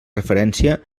referència